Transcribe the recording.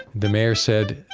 the mayor said,